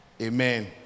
Amen